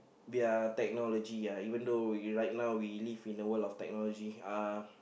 their technology ya even though we right now we live in the world of technology uh